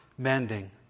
mending